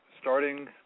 Starting